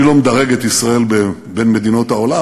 אני לא מדרג את ישראל בין מדינות העולם.